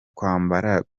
kwambara